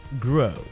grow